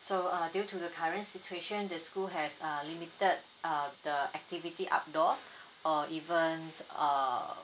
so uh due to the current situation the school has uh limited uh the activity outdoor or even uh